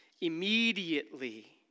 immediately